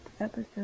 episode